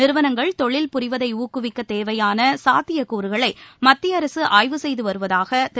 நிறுவனங்கள் தொழில் புரிவதை ஊக்குவிக்க தேவையான சாத்தியக் கூறுகளை மத்திய அரசு ஆய்வு செய்து வருவதாக திரு